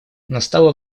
настало